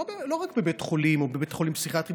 לא רק בבית חולים או בבית חולים פסיכיאטרי,